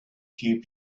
few